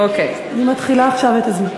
אני מתחילה עכשיו את הזמן.